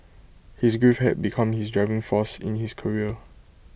his grief had become his driving force in his career